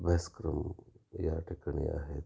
अभ्यासक्रम या ठिकाणी आहेत